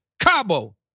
Cabo